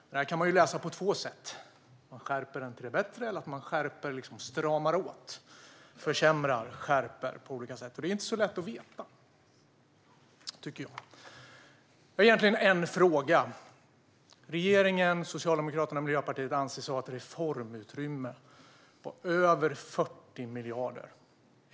Detta kan läsas på två sätt: att man skärper den till det bättre eller att man stramar åt, försämrar och skärper på olika sätt. Det är inte så lätt att veta, tycker jag. Jag har egentligen en fråga. Regeringen - Socialdemokraterna och Miljöpartiet - anser sig ha ett reformutrymme på över 40 miljarder.